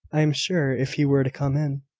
i am sure, if he were to come in.